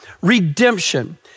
redemption